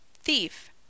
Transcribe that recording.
thief